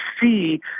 see